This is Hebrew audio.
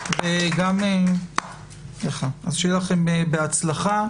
שיהיה לכם בהצלחה.